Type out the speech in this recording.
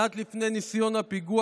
מעט לפני ניסיון הפיגוע,